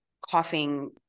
coughing